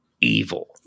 evil